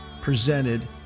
presented